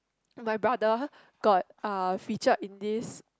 my brother got uh featured in this